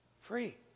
Free